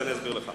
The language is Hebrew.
אני אסביר לך.